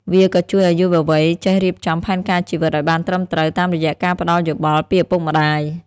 វាក៏ជួយឱ្យយុវវ័យចេះរៀបចំផែនការជីវិតឱ្យបានត្រឹមត្រូវ តាមរយៈការផ្ដល់យោបល់ពីឪពុកម្ដាយ។